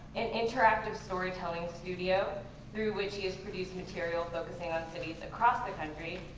an interactive storytelling studio through which he has produced material focusing on cities across the country.